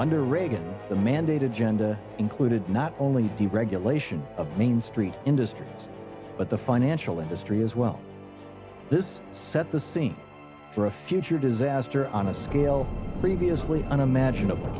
under reagan the mandate agenda included not only the regulation of main street industry but the financial industry as well this set the scene for a future disaster on a scale previously unimaginable